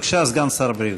בבקשה, סגן שר הבריאות.